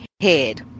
head